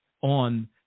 on